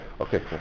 Okay